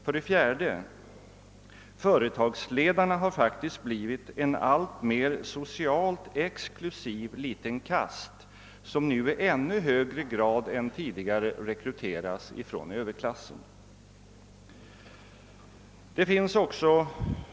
För det fjärde: Företagsledarna har faktiskt blivit en alltmer socialt exklusiv kast som nu i ännu högre grad än tidigare rekryteras från överklassen.